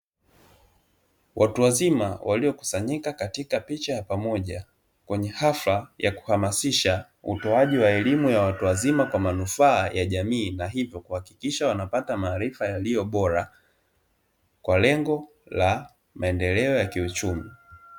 Watu wazima waliokusanyika katika picha ya pamoja kwenye hafla ya kuhamasisha utoaji wa elimu ya watu wazima kwa manufaa ya jamii, na hivyo kuhakikisha wanapata maarifa yaliyo bora kwa lengo la maendeleo ya kiuchumi.